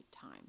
time